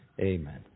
Amen